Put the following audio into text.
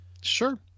Sure